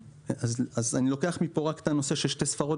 אני לוקח מכאן רק את הנושא של שתי ספרות